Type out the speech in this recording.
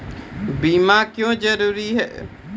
बीमा क्यों जरूरी हैं?